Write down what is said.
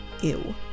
Ew